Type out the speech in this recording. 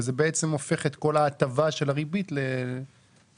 וזה הופך את כל ההטבה של הריבית לבדיחה.